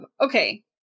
okay